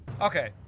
Okay